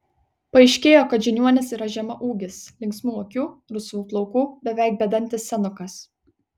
paaiškėjo kad žiniuonis yra žemaūgis linksmų akių rusvų plaukų beveik bedantis senukas